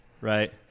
right